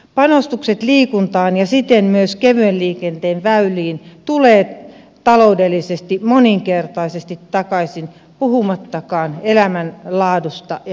panostukset liikuntaan ja siten myös kevyen liikenteen väyliin tulevat taloudellisesti moninkertaisesti takaisin puhumattakaan elämänlaadusta ja hyvinvoinnista